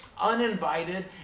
uninvited